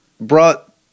brought